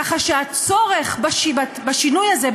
ככה שהצורך בשינוי הזה,